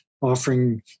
offering